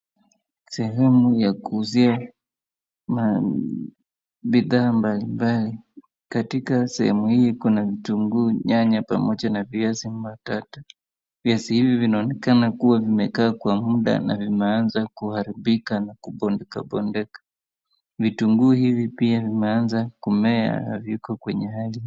Sehemu ya kuuzia bidhaa mbalimbali, katika sehemu hii kuna vitunguu, nyanya pamoja na viazi mbatata. Viazi vinaonekana kuwa vimekaa kwa muda na vimeanza kuharibika na kubondekabondeka. Vitunguu hivi pia vimeanza kumea, haviko kwenye hali.